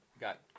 got